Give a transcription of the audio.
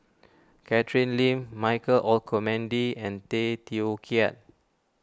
Catherine Lim Michael Olcomendy and Tay Teow Kiat